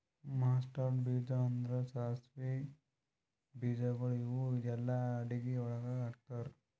mustard ಬೀಜ ಅಂದುರ್ ಸಾಸಿವೆ ಬೀಜಗೊಳ್ ಇವು ಎಲ್ಲಾ ಅಡಗಿ ಒಳಗ್ ಹಾಕತಾರ್